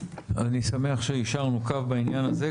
אני שמח שאישרנו קו בעניין הזה,